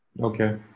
Okay